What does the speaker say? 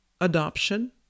adoption